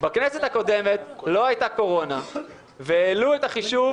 בכנסת הקודמת לא הייתה קורונה והעלו את החישוב,